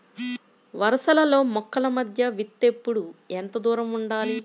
వరసలలో మొక్కల మధ్య విత్తేప్పుడు ఎంతదూరం ఉండాలి?